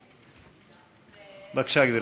בבקשה, גברתי.